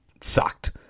sucked